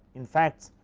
in facts,